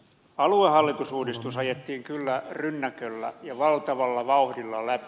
aluehallintouudistus ajettiin kyllä rynnäköllä ja valtavalla vauhdilla läpi